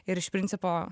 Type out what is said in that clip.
ir iš principo